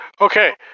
okay